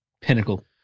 Pinnacle